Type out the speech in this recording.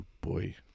Boy